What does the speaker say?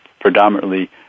predominantly